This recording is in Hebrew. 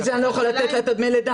בלי זה אני לא יכול לתת לה את דמי הלידה.